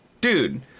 Dude